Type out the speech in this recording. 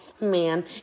man